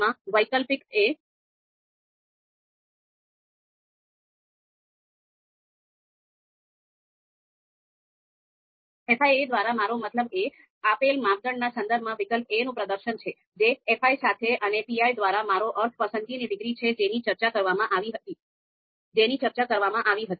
fi દ્વારા મારો મતલબ એ આપેલ માપદંડના સંદર્ભમાં વિકલ્પ a નું પ્રદર્શન છે જે fi છે અને pi દ્વારા મારો અર્થ પસંદગીની ડિગ્રી છે જેની ચર્ચા કરવામાં આવી હતી